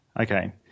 Okay